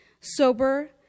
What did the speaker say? sober